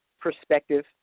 perspective